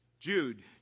Jude